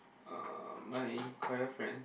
uh my choir friend